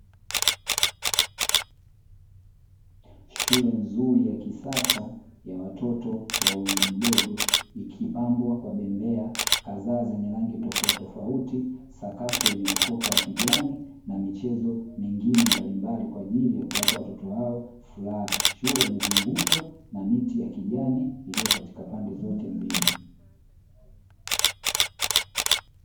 Shule nzuri ya kisasa ya watoto wa umri mdogo, ikipambwa kwa bembea kadhaa zenye rangi tofautitofauti, sakafu yenye ukoka wa kijani na michezo mingine mbalimbali kwa ajili ya kuwapa watoto wao furaha. Shule imezungukwa na miti ya kijani; iliyo katika pande zote mbili.